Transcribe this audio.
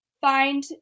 find